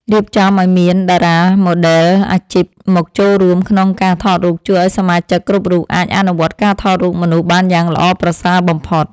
រៀបចំឱ្យមានតារាម៉ូដែលអាជីពមកចូលរួមក្នុងការថតរូបជួយឱ្យសមាជិកគ្រប់រូបអាចអនុវត្តការថតរូបមនុស្សបានយ៉ាងល្អប្រសើរបំផុត។